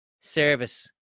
service